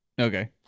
Okay